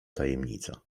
tajemnica